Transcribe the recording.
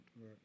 Right